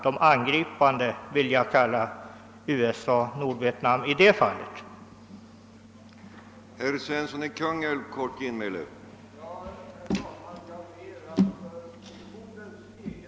De angripande vill jag i detta fall kalla USA och Nordvietnam.